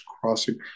crossing